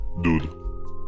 Dude